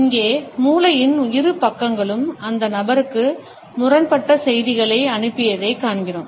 இங்கே மூளையின் இரு பக்கங்களும் அந்த நபருக்கு முரண்பட்ட செய்திகளை அனுப்பியதைக் காண்கிறோம்